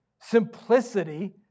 Simplicity